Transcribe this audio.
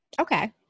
Okay